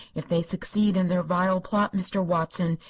if they succeed in their vile plot, mr. watson,